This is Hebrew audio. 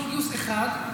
מחזור גיוס אחד,